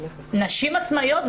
נשים עצמאיות,